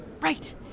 right